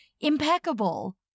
impeccable